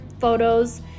photos